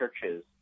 churches